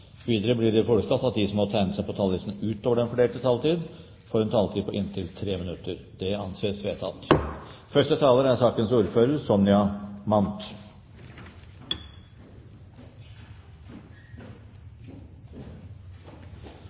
Videre blir det foreslått at de som måtte tegne seg på talerlisten utover den fordelte taletid, får en taletid på inntil 3 minutter. – Det anses vedtatt.